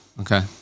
Okay